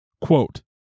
Quote